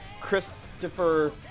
Christopher